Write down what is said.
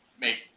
make